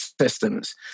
systems